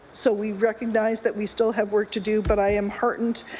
so we recognize that we still have work to do. but i am heartened